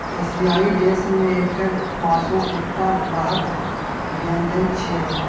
एशियाई देश मे एकर मासु एकटा महग व्यंजन छियै